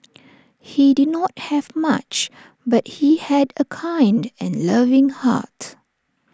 he did not have much but he had A kind and loving heart